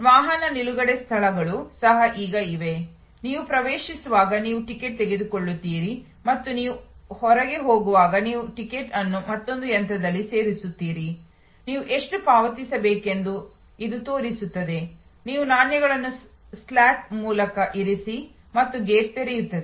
ವಾಹನ ನಿಲುಗಡೆ ಸ್ಥಳಗಳು ಸಹ ಈಗ ಇವೆ ನೀವು ಪ್ರವೇಶಿಸುವಾಗ ನೀವು ಟಿಕೆಟ್ ತೆಗೆದುಕೊಳ್ಳುತ್ತೀರಿ ಮತ್ತು ನೀವು ಹೊರಗೆ ಹೋಗುವಾಗ ನೀವು ಟಿಕೆಟ್ ಅನ್ನು ಮತ್ತೊಂದು ಯಂತ್ರದಲ್ಲಿ ಸೇರಿಸುತ್ತೀರಿ ನೀವು ಎಷ್ಟು ಪಾವತಿಸಬೇಕೆಂದು ಇದು ತೋರಿಸುತ್ತದೆ ನೀವು ನಾಣ್ಯಗಳನ್ನು ಸ್ಲಾಟ್ ಮೂಲಕ ಇರಿಸಿ ಮತ್ತು ಗೇಟ್ ತೆರೆಯುತ್ತದೆ